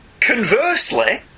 Conversely